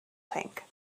tank